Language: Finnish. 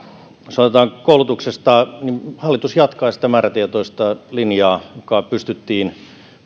jos aloitetaan koulutuksesta niin hallitus jatkaa sitä määrätietoista linjaa joka pystyttiin vuosi